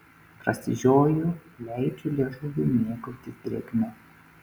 prasižioju leidžiu liežuviui mėgautis drėgme